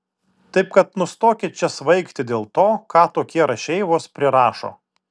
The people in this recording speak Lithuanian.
taip kad nustokit čia svaigti dėl to ką tokie rašeivos prirašo